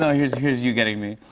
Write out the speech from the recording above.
no, here's here's you getting me.